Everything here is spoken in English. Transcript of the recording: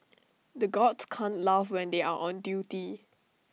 the guards can't laugh when they are on duty